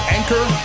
Anchor